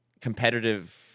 competitive